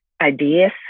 ideas